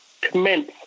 commence